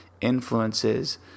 influences